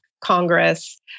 Congress